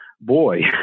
Boy